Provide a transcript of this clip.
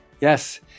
Yes